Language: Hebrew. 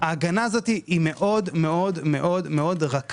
אני רוצה להדגיש שההגנה הזאת מאוד מאוד מאוד רכה,